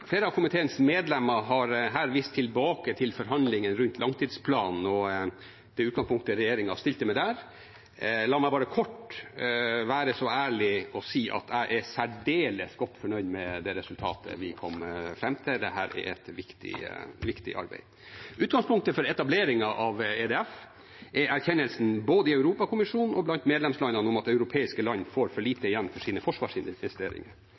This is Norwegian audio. Flere av komiteens medlemmer har her vist tilbake til forhandlingene rundt handlingsplanen og det utgangspunktet regjeringen stilte med der. La meg bare kort være så ærlig å si at jeg er særdeles godt fornøyd med det resultatet vi kom fram til. Dette er et viktig arbeid. Utgangspunktet for etableringen av EDF er erkjennelsen både i Europakommisjonen og blant medlemslandene om at europeiske land får for lite igjen for sine forsvarsinvesteringer.